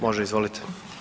Može, izvolite.